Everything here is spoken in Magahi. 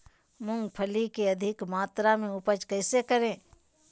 मूंगफली के अधिक मात्रा मे उपज कैसे करें?